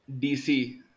DC